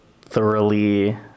thoroughly